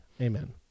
Amen